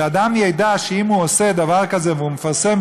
שאדם ידע שאם הוא עושה דבר כזה והוא מפרסם